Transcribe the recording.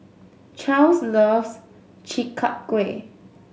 Charls loves Chi Kak Kuih